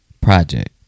project